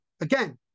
again